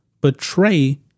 betray